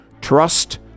trust